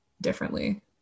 differently